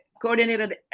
Coordinated